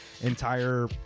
entire